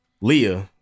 Leah